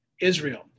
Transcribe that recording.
Israel